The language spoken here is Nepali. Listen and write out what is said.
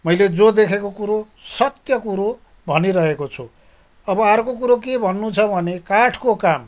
मैले जो देखेको कुरो सत्य कुरो भनिरहेको छु अब अर्को कुरो के भन्नु छ भने काठको काम